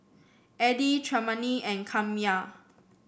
Eddy Tremaine and Kamryn